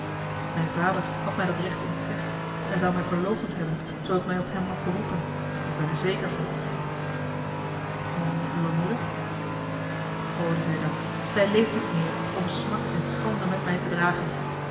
mijn vader had mij dat recht ontzegd en zou mij verloochend hebben zoo ik mij op hem had beroepen ik ben er zeker van a l g bosboom-toussaint de delftsche wonderdokter eel n uwe moeder gode zij dank zij leeft niet meer om smart en schande met mij te dragen